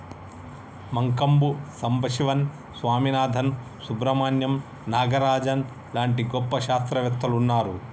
మంకంబు సంబశివన్ స్వామినాధన్, సుబ్రమణ్యం నాగరాజన్ లాంటి గొప్ప శాస్త్రవేత్తలు వున్నారు